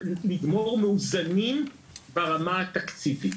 לגמור מאוזנים ברמה התקציבית.